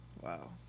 Wow